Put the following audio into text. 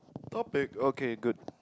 topic okay good